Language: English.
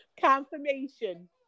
Confirmation